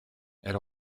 elle